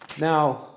Now